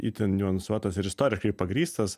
itin niuansuotas ir istoriškai pagrįstas